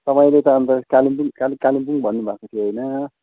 तपाईँले त अन्त कालिम्पोङ कालिम्पोङ भन्नुभएको थियो होइन